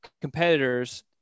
competitors